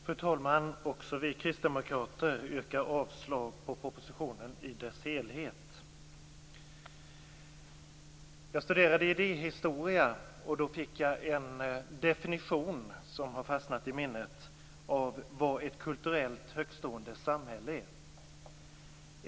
Fru talman! Också vi kristdemokrater yrkar avslag på propositionen i dess helhet. Jag studerade idéhistoria. Då fick jag en definition av vad ett kulturellt högtstående samhälle är, och den har fastnat i minnet.